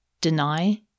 deny